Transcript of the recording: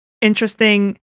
interesting